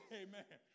amen